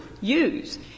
use